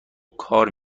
کار